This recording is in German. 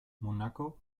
monaco